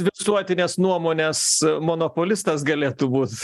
visuotinės nuomonės monopolistas galėtų būt